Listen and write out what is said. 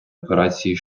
операції